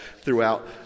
throughout